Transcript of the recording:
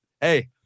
hey